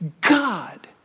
God